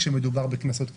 כשמדובר בקנסות כאלה,